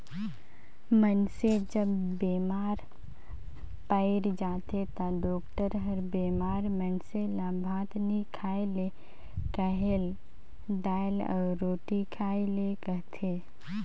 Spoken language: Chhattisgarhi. मइनसे जब बेमार पइर जाथे ता डॉक्टर हर बेमार मइनसे ल भात नी खाए ले कहेल, दाएल अउ रोटी खाए ले कहथे